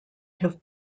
have